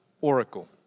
oracle